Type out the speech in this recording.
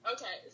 Okay